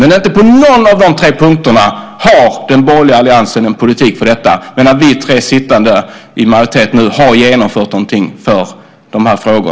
Men inte på någon av de tre punkterna har den borgerliga alliansen en politik för detta, medan vi tre som sitter i majoritet nu har genomfört någonting för dessa frågor.